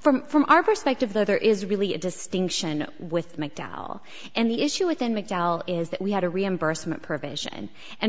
from from our perspective though there is really a distinction with mcdowell and the issue within mcdowell is that we had a reimbursement probation and